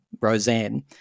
Roseanne